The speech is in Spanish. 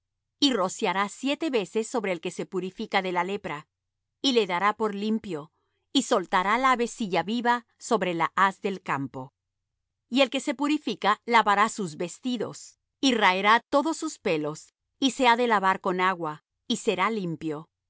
y rociará siete veces sobre el que se purifica de la lepra y le dará por limpio y soltará la avecilla viva sobre la haz del campo y el que se purifica lavará sus vestidos y raerá todos sus pelos y se ha de lavar con agua y será limpio